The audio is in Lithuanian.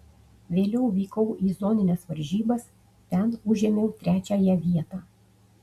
vėliau vykau į zonines varžybas ten užėmiau trečiąją vietą